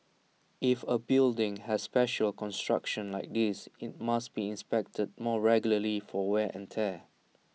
if A building has special construction like this IT must be inspected more regularly for wear and tear